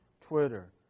Twitter